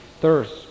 thirst